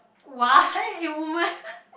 why woman